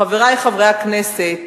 חברי חברי הכנסת,